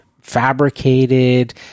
fabricated